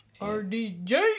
RDJ